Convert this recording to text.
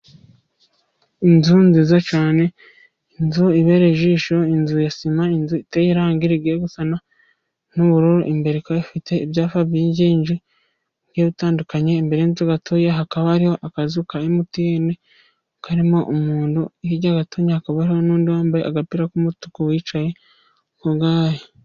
Inzu nziza cyane, inzu ibereye ijisho, inzu ya sima, inzu iteye irangi rigiye gusa n'ubururu, imbere ikaba ifite ibyapa byigenje bigiye bitandukanye. Imbere y'inzu gatoya hakaba hari akazu ka MTN karimo umuntu, hirya gatoya hakaba n'undi wambaye agapira k'umutuku, wicaye ku bwayi.